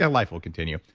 ah life will continue.